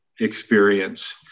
experience